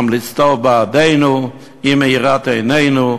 היא מאירת עינינו,